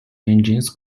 engines